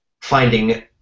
finding